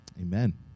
Amen